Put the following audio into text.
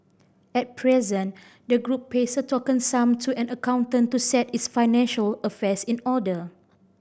at present the group pays a token sum to an accountant to set its financial affairs in order